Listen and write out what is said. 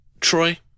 Troy